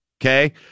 okay